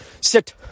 Sit